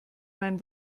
mein